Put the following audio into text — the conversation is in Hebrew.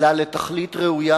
אלא לתכלית ראויה